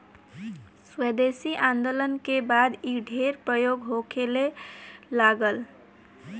स्वदेशी आन्दोलन के बाद इ ढेर प्रयोग होखे लागल